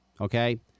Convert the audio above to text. okay